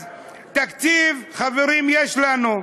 אז תקציב, חברים, יש לנו,